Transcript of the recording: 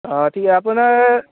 অঁ ঠিক আপোনাৰ